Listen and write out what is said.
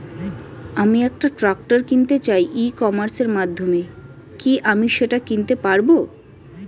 আমি একটা ট্রাক্টর কিনতে চাই ই কমার্সের মাধ্যমে কি আমি সেটা কিনতে পারব?